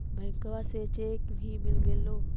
बैंकवा से चेक भी मिलगेलो?